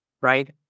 Right